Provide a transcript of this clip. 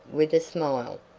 with a smile.